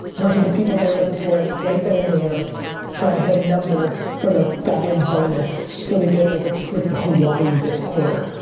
versus the people that are looking for it right then and there trying to hit a number for the goddamn bonus so they get like a trip to hawaii this quarter.